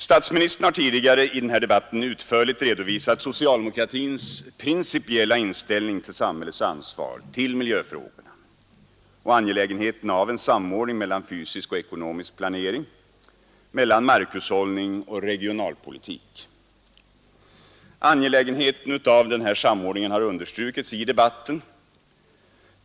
Statsministern har tidigare i denna debatt utförligt redovisat socialdemokratins principiella inställning till samhällets ansvar för miljöfrågorna och angelägenheten av en samordning mellan fysisk och ekonomisk planering, markhushållning och regionalpolitik. Angelägenheten av denna samordning har understrukits i debatten.